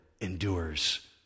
endures